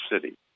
city